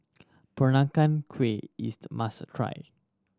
Peranakan Kueh is a must try